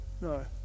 No